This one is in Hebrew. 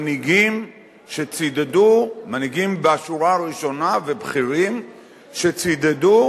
מנהיגים בשורה הראשונה ובכירים שצידדו